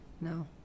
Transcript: No